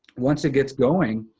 once it gets going,